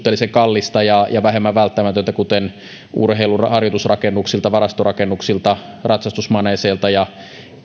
ollut suhteellisen kallista ja ja vähemmän välttämätöntä kuten urheilun harjoitusrakennuksilta varastorakennuksilta ratsastusmaneeseilta ja